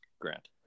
Grant